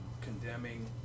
Condemning